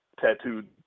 tattooed